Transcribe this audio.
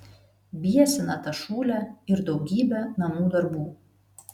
biesina ta šūlė ir daugybė namų darbų